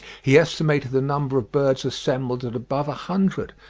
he estimated the number of birds assembled at above a hundred,